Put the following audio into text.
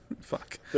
Fuck